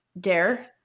Dare